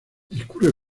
discurre